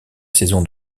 saison